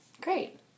Great